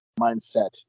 mindset